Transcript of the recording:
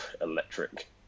electric